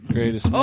Greatest